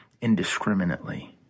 indiscriminately